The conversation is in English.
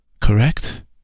Correct